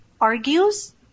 argues